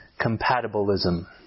compatibilism